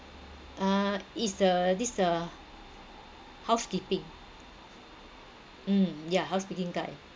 uh it's the this the housekeeping mm yeah housekeeping guy